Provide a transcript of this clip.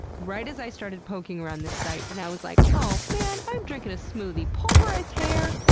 right as i started poking around this site. and i was like, oh man! i'm drinking a smoothie! pulverized hair?